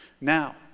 Now